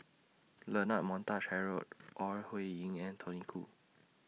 Leonard Montague Harrod Ore Huiying and Tony Khoo